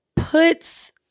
Puts